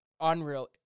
unreal